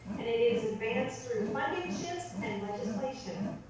and it is advanced through funding shifts and legislation.